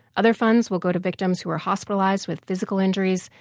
other funds will go to victims who were hospitalized with physical injuries.